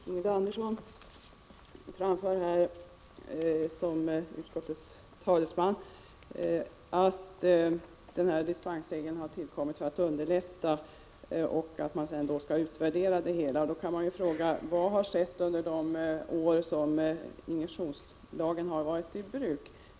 Fru talman! Ingrid Andersson säger som talesman för utskottet att dispensregeln har tillkommit för att underlätta och att man sedan skall utvärdera försöksverksamheten. Man kan då fråga: Vad har skett under de år som injektionslagen varit i kraft?